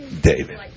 David